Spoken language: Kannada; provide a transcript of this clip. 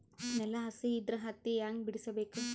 ನೆಲ ಹಸಿ ಇದ್ರ ಹತ್ತಿ ಹ್ಯಾಂಗ ಬಿಡಿಸಬೇಕು?